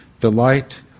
Delight